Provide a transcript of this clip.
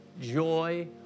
joy